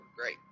Great